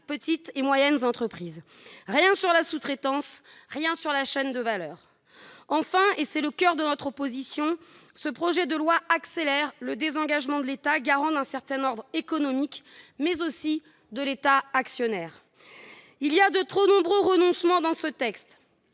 nombre de ces entreprises. Rien sur la sous-traitance, rien sur la chaîne de valeur ! Enfin, et c'est le coeur de notre opposition, ce projet de loi accélère le désengagement de l'État, garant d'un certain ordre économique, mais aussi de l'État actionnaire. Il y a de trop nombreux renoncements dans ce texte.